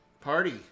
Party